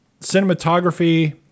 Cinematography